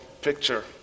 picture